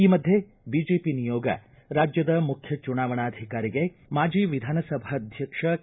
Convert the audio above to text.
ಈ ಮಧ್ಯೆ ಬಿಜೆಪಿ ನಿಯೋಗ ರಾಜ್ಯದ ಮುಖ್ಯ ಚುನಾವಣಾಧಿಕಾರಿಗೆ ಮಾಜಿ ವಿಧಾನಸಭಾಧ್ಯಕ್ಷ ಕೆ